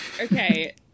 Okay